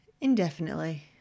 indefinitely